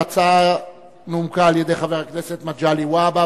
ההצעה נומקה על-ידי חבר הכנסת מגלי והבה,